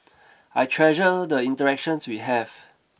I treasure the interactions we have